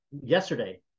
yesterday